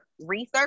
research